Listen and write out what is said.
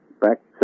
back